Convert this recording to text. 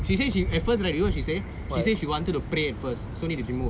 she say she at first right you know she say she say she wanted to pray at first so need to remove